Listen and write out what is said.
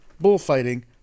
bullfighting